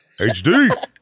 HD